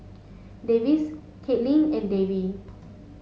Davis Kaitlin and Davy